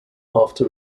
after